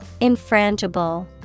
Infrangible